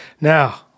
Now